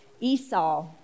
Esau